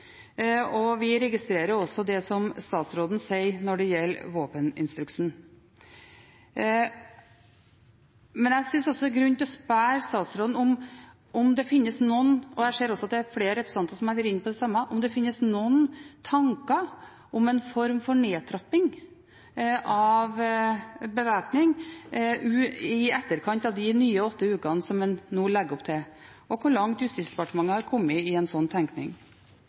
og vi registrerer også det statsråden sier når det gjelder våpeninstruksen. Men jeg synes også det er grunn til å spørre statsråden – og jeg ser at det er flere representanter som har vært inne på det samme – om det finnes noen tanker om en form for nedtrapping av bevæpning i etterkant av de nye åtte ukene som en nå legger opp til, og hvor langt Justisdepartementet har kommet i en slik tenkning.